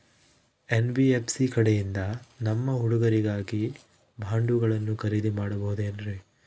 NBFC ಕಡೆಯಿಂದ ನಮ್ಮ ಹುಡುಗರಿಗಾಗಿ ಬಾಂಡುಗಳನ್ನ ಖರೇದಿ ಮಾಡಬಹುದೇನ್ರಿ?